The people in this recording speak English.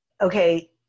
okay